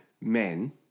men